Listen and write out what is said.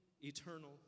eternal